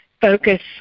focus